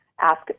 Ask